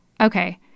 Okay